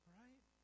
right